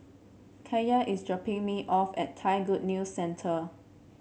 Kaia is dropping me off at Thai Good News Centre